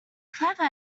clever